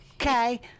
okay